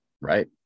right